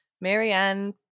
Marianne